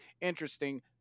interesting